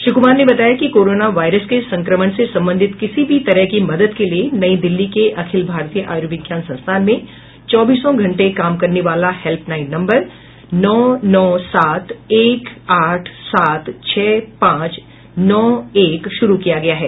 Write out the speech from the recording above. श्री कुमार ने बताया कि कोरोना वायरस के संक्रमण से संबंधित किसी भी तरह की मदद के लिए नई दिल्ली के अखिल भारतीय आयुर्विज्ञान संस्थान में चौबीसों घंटे काम करने वाला हेल्पलाईन नम्बर नौ नौ सात एक आठ सात छह पांच नौ एक शुरू किया गया है